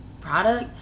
product